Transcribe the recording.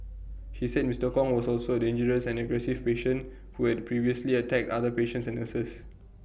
he said Mister Kong was also A dangerous and aggressive patient who had previously attacked other patients and nurses